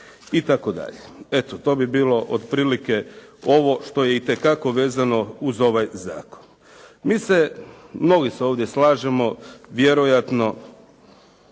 kuna itd. Eto, to bi bilo otprilike ovo što je itekako vezano uz ovaj zakon. Mi se, mnogi se ovdje slažemo vjerojatno